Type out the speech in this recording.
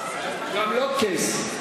גם לא קייס.